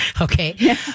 okay